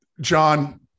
John